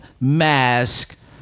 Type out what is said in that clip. mask